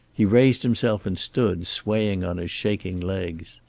he raised himself and stood, swaying on his shaking legs.